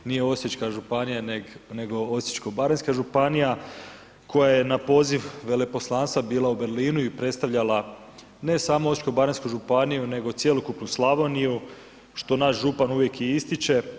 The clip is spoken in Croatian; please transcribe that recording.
Nije osječka županija, nego osječko-baranjska županija koja je na poziv veleposlanstva bila u Berlinu i predstavljala ne samo osječko-baranjsku županiju, nego cjelokupnu Slavoniju, što naš župan uvijek i ističe.